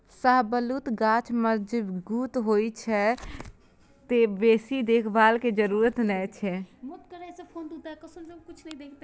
शाहबलूत गाछ मजगूत होइ छै, तें बेसी देखभाल के जरूरत नै छै